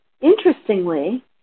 Interestingly